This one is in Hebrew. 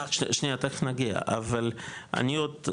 אבל אני עוד,